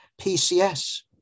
PCS